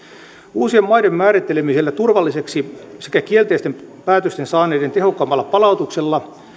uusien maiden määrittelemisellä turvallisiksi sekä kielteisen päätöksen saaneiden tehokkaammalla palautuksella